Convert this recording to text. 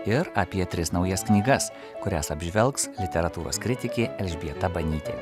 ir apie tris naujas knygas kurias apžvelgs literatūros kritikė elžbieta banytė